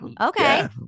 Okay